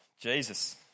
Jesus